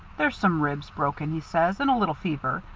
there's some ribs broken, he says, and a little fever,